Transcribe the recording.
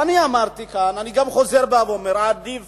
ואני אמרתי כאן, ואני גם חוזר ואומר: עדיף